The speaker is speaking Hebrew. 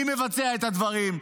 מי מבצע את הדברים.